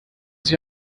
sich